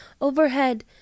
overhead